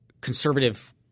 conservative –